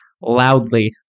loudly